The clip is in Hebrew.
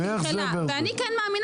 אני מכיר את כל, ברור.